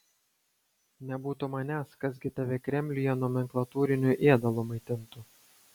nebūtų manęs kas gi tave kremliuje nomenklatūriniu ėdalu maitintų